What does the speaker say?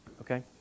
okay